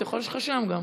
אתה יכול, יש לך שם גם,